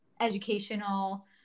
educational